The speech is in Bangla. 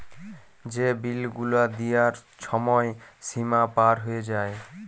যে বিল গুলা দিয়ার ছময় সীমা পার হঁয়ে যায়